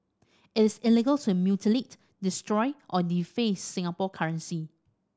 it is illegal to mutilate destroy or deface Singapore currency